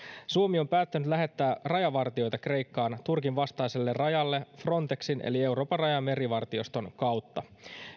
suomi on päättänyt lähettää rajavartijoita kreikkaan turkin vastaiselle rajalle frontexin eli euroopan raja ja merivartioston kautta